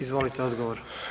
Izvolite, odgovor.